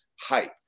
hype